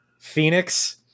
Phoenix